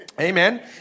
Amen